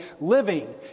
living